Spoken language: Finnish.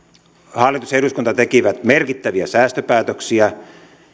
hallitus ja eduskunta tekivät merkittäviä säästöpäätöksiä ja